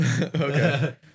Okay